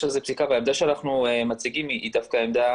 יש על זה פסיקה והעמדה שאנחנו מציגים היא דווקא עמדה